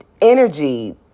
energy